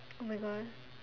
oh my god